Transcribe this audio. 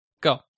Go